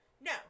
No